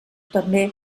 també